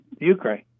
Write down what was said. Ukraine